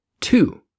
Two